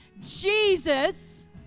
Jesus